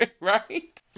Right